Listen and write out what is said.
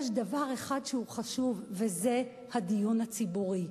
יש דבר אחד שהוא חשוב, וזה הדיון הציבורי.